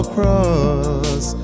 cross